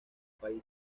país